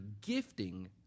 gifting